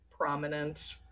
prominent